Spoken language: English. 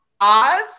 Oz